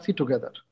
together